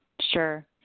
sure